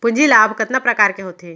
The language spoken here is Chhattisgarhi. पूंजी लाभ कतना प्रकार के होथे?